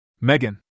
Megan